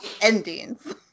endings